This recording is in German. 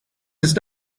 ist